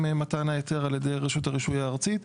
מתן ההיתר על ידי רשות הרישוי הארצית,